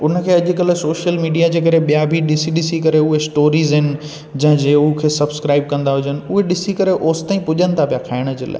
उन खे अॼुकल्ह सोशल मीडिया जे करे ॿिया बि ॾिसी ॾिसी करे उहे स्टोरीस आहिनि जा जे उहा खे सब्सक्राइब कंदा हुजनि उहे ॾिसी करे ओसि ताईं पुॼनि था पिया खाइण जे लाइ